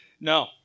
No